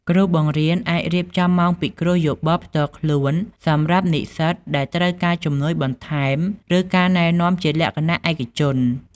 គ្រូបង្រៀនអាចរៀបចំម៉ោងពិគ្រោះយោបល់ផ្ទាល់ខ្លួនសម្រាប់និស្សិតដែលត្រូវការជំនួយបន្ថែមឬការណែនាំជាលក្ខណៈឯកជន។